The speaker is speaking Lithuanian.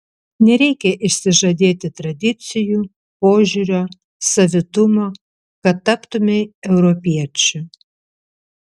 nereikia išsižadėti tradicijų požiūrio savitumo kad taptumei europiečiu